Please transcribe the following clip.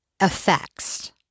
effects